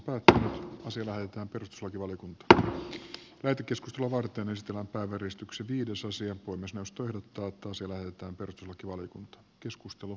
puhemiesneuvosto ehdottaa että perustuslakivaliokuntaa veti keskustelua varten myös talon pääväristykset liitosasian kunnes nosturin kaatumiselle asia lähetetään perustuslakivaliokuntaan